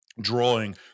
drawing